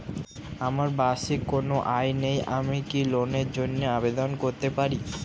আমার বার্ষিক কোন আয় নেই আমি কি লোনের জন্য আবেদন করতে পারি?